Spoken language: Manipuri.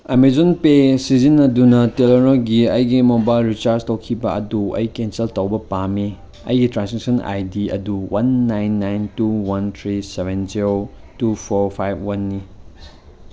ꯑꯃꯦꯖꯣꯟ ꯄꯦ ꯁꯤꯖꯤꯟꯅꯗꯨꯅ ꯇꯦꯂꯦꯅꯣꯔꯒꯤ ꯑꯩꯒꯤ ꯃꯣꯕꯥꯏꯜ ꯔꯤꯆꯥꯔꯖ ꯇꯧꯈꯤꯕ ꯑꯗꯨ ꯑꯩ ꯀꯦꯟꯁꯦꯜ ꯇꯧꯕ ꯄꯥꯝꯃꯤ ꯑꯩꯒꯤ ꯇ꯭ꯔꯥꯟꯖꯦꯛꯁꯟ ꯑꯥꯏ ꯗꯤ ꯑꯗꯨ one nine nine two one three seven zero two four five ꯋꯥꯟꯅꯤ